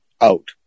out